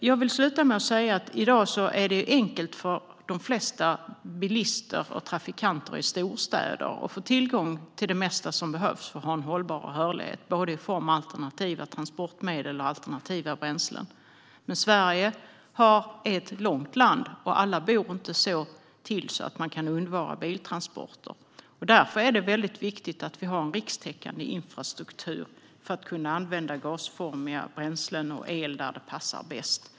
Jag vill sluta med att säga att det i dag är enkelt för de flesta bilister och trafikanter i storstäder att få tillgång till det mesta som behövs för att ha en hållbar rörlighet i form av både alternativa transportmedel och alternativa bränslen. Men Sverige är ett långt land, och alla bor inte så till att de kan undvara biltransporter. Därför är det väldigt viktigt att vi har en rikstäckande infrastruktur för att kunna använda gasformiga bränslen och el där det passar bäst.